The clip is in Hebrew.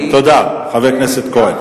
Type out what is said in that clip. תודה, חבר הכנסת כהן.